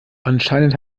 anscheinend